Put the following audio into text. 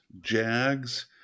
Jags